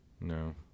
No